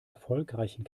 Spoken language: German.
erfolgreichen